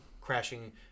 Crashing